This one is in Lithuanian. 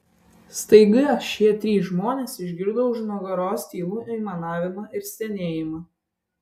staiga šie trys žmonės išgirdo už nugaros tylų aimanavimą ir stenėjimą